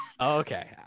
Okay